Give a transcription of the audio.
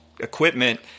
equipment